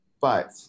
But-